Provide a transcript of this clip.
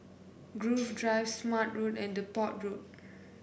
Grove Drive Smart Road and Depot Road